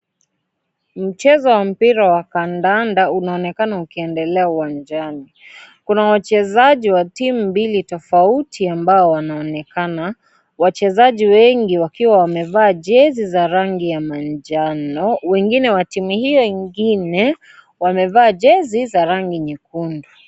Mchezo wa mpira wa kandanda unaonekana ukiendelea uwanjani kuna wachezaji wa timu mbili tofauti ambao wanaonekana wachezaji wengi wakiwa wamevaa jezi za rangi ya majano wengine wa timu hiyo ingine wamevaa jezi za rangi nyekundu.